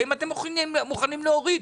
האם אתם מוכנים להוריד?